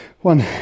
One